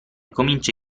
comincia